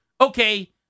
okay